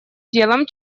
делом